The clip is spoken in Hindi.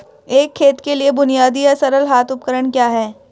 एक खेत के लिए बुनियादी या सरल हाथ उपकरण क्या हैं?